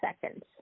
seconds